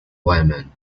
wyman